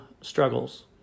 struggles